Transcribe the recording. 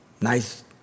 nice